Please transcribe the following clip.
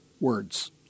words